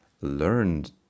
learned